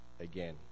again